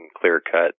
clear-cut